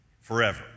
forever